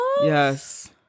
Yes